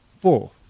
four